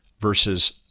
verses